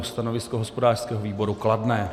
Stanovisko hospodářského výboru kladné.